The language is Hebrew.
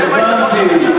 הבנתי.